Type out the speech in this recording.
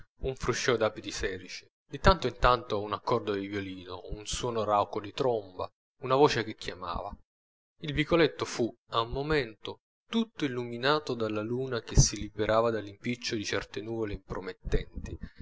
un fruscio d'abiti serici di tanto in tanto un accordo di violino un suono rauco di tromba una voce che chiamava il vicoletto fu a un momento tutto illuminato dalla luna che si liberava dall'impiccio di certe nuvole impromettenti